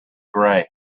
gray